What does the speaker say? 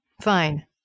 Fine